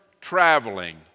traveling